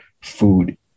food